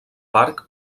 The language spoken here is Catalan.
parc